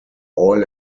oil